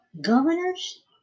governors